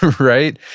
right,